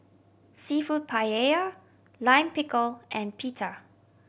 Seafood Paella Lime Pickle and Pita